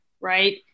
right